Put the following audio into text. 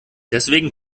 deswegen